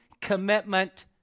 commitment